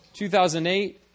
2008